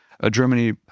Germany